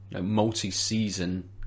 multi-season